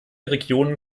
regionen